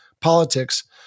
politics